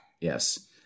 Yes